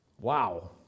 Wow